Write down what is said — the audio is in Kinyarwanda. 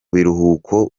biruhuko